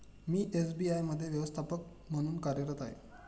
मी SBI मध्ये व्यवस्थापक म्हणून कार्यरत आहे